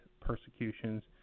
persecutions